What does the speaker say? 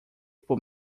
por